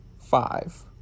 Five